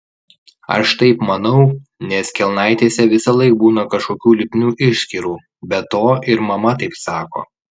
aš taip manau nes kelnaitėse visąlaik būna kažkokių lipnių išskyrų be to ir mama taip sako